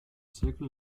zirkel